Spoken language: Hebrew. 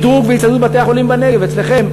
שדרוג והצטיידות בתי-החולים בנגב, אצלכם